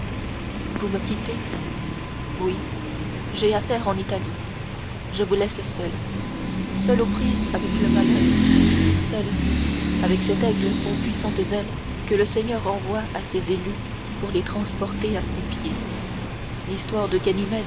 vous me quittez oui j'ai affaire en italie je vous laisse seul seul aux prises avec le malheur seul avec cet aigle aux puissantes ailes que le seigneur envoie à ses élus pour les transporter à ses pieds l'histoire de